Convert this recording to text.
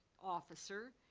officer.